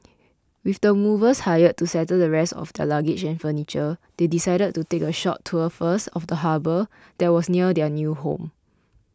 with the movers hired to settle the rest of their luggage and furniture they decided to take a short tour first of the harbour that was near their new home